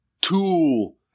tool